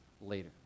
later